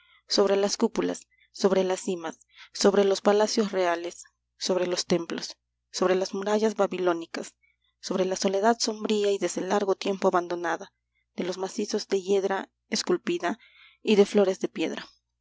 sobre las cúpulas sobre las cimas sobre los palacios reales sobre los templos sobre las murallas babilónicas sobre la soledad sombría y desde largo tiempo abandonada de los macizos de hiedra esculpida y de flores de piedra sobre